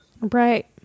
Right